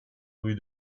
rue